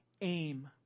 aim